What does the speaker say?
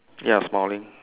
ya smiling